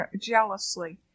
jealously